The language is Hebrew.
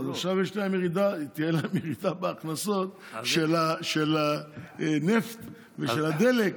אז עכשיו תהיה להם ירידה בהכנסות מהנפט ומהדלק.